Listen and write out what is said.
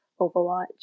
overwatch